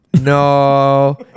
No